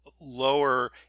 lower